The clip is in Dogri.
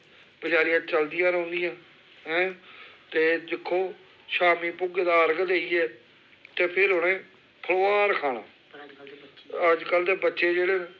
बचारियां चलदियां रौंह्दियां ऐं ते दिक्खो शामी भुग्गे दा अरग देइयै ते फिर उनें फलोहार खाना ते अजकल्ल दे बच्चे जेह्ड़े न